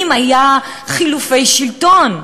אם היו חילופי שלטון,